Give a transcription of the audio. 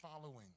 following